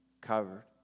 covered